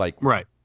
Right